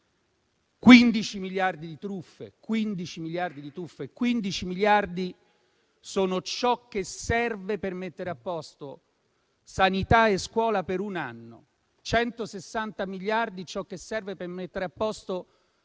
dei crediti, con 15 miliardi di truffe. 15 miliardi sono ciò che serve per mettere a posto sanità e scuola per un anno e 160 miliardi ciò che serve per farlo per